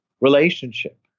relationship